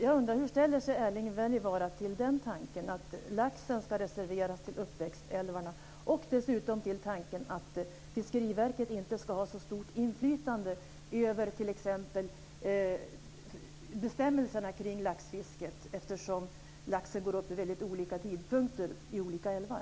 Jag undrar: Hur ställer sig Erling Wälivaara till tanken att laxen ska reserveras för uppväxtälvarna och dessutom till tanken att Fiskeriverket inte ska ha så stort inflytande över bestämmelserna för laxfisket, eftersom laxen går upp vid väldigt olika tidpunkter i olika älvar?